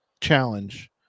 challenge